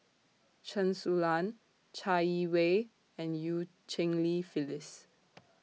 Chen Su Lan Chai Yee Wei and EU Cheng Li Phyllis